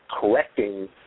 correcting